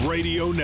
Radio